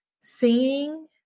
seeing